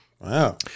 Wow